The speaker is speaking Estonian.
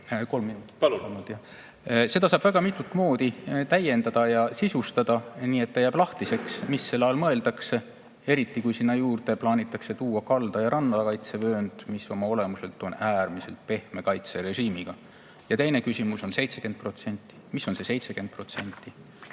Kolm minutit. Palun! Seda saab väga mitut moodi täiendada ja sisustada, nii et jääb lahtiseks, mis selle all mõeldakse. Eriti kui sinna juurde plaanitakse tuua kalda- ja rannakaitsevöönd, mis oma olemuselt on äärmiselt pehme kaitserežiimiga. Ja teine küsimus on 70% kohta. Mis on see 70%?